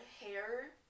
hair